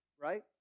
right